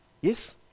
Yes